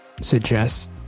suggest